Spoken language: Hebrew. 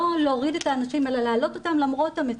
שצריכים לא להוריד את האנשים אלא להעלות אותם למרות המצוקה.